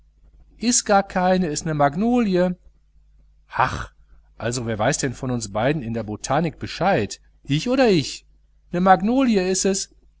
is gar keine is ne magnolie hach also wer weiß denn von uns beiden in der botanik bescheid ich oder ich ne magnolie is es